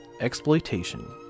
exploitation